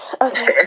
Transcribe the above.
Okay